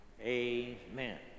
Amen